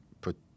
put